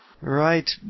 Right